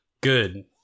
Good